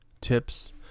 tips